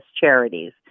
charities